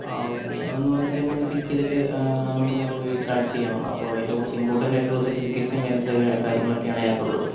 ആ ഓക്കെ ഒന്നു വന്നിട്ട് എന്നെ ഒന്ന് പിക്ക് ചെയ്തിട്ട് നമുക്കൊന്ന് അത് വഴി കളക്റ്റ് ചെയ്യണം അപ്പോൾ എൻ്റെ കുറച്ച് ഇമ്പോർട്ടൻറ്റായിട്ടുള്ള സെർട്ടിഫിക്കറ്റ്സും കാര്യംസ് കാര്യങ്ങളക്കെയാണ് അതിനകത്തുള്ളത്